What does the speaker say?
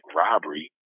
robbery